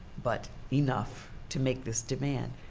but enough to make this demand,